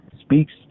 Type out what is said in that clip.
speaks